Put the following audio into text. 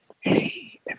Hey